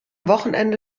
wochenende